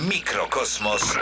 Mikrokosmos